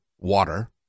water